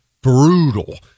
brutal